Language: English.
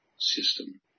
system